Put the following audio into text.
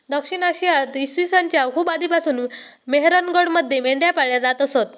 दक्षिण आशियात इसवी सन च्या खूप आधीपासून मेहरगडमध्ये मेंढ्या पाळल्या जात असत